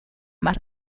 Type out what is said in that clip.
más